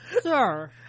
Sir